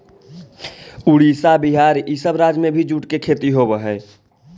उड़ीसा, बिहार, इ सब राज्य में भी जूट के खेती होवऽ हई